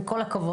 עם כל הכבוד,